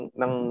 ng